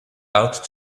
out